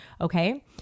okay